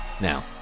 Now